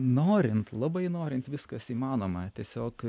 norint labai norint viskas įmanoma tiesiog